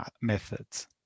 methods